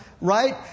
right